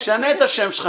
תשנה את השם שלך